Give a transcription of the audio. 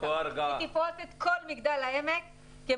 היא תפרוס את כל מגדל העמק.